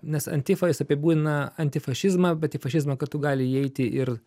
nes antifa jis apibūdina antifašizmą bet į fašizmą kartu gali įeiti ir